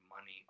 money